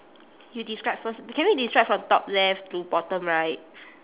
you describe first b~ can we describe from top left to bottom right